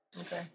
Okay